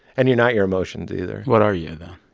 and you're not your emotions either what are you, then?